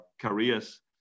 careers